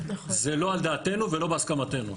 זה לא על דעתנו ולא בהסכמתנו,